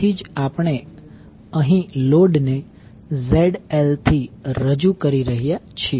તેથી જ આપણે અહીં લોડને ZL થી રજૂ કરી રહ્યા છીએ